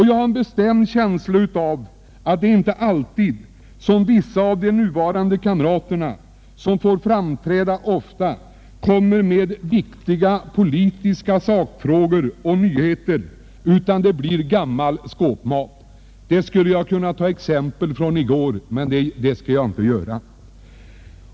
Jag har en bestämd känsla av att det inte är alltid som vissa av de kamrater, som får framträda ofta, ägnar sig åt att ta upp viktiga politiska sakfrågor och nyheter, utan det blir gammal skåpmat. Jag skulle kunna ta exempel från gårdagens debatt, men jag skall inte göra det.